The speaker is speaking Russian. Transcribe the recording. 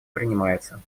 принимается